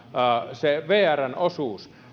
se vrn osuus